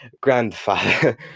Grandfather